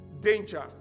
danger